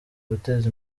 guteza